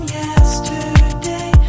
yesterday